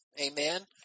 amen